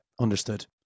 understood